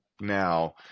now